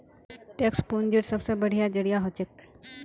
tax पूंजीर सबसे बढ़िया जरिया हछेक